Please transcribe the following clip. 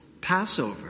Passover